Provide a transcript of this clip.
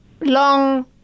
long